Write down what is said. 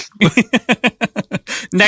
next